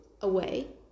away